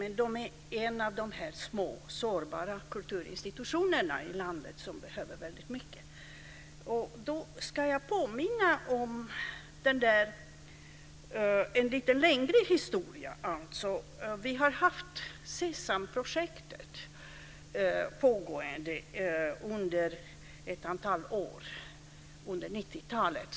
Men de är en av de här små sårbara kulturinstitutionerna i landet som behöver väldigt mycket. Då ska jag påminna om en lite längre historia. Vi har haft Sesamprojektet pågående under ett antal år under 90-talet.